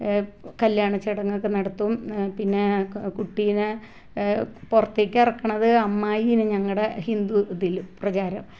കല്യാണചടങ്ങൊക്കെ നടത്തും പിന്നെ കുട്ടിനെ പുറത്തേക്ക് ഇറക്കുന്നത് അമ്മായി എന്ന ഞങ്ങളുടെ ഹിന്ദു ഇതില് പ്രചാരം